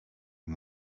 and